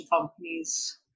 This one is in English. companies